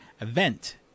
event